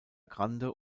grande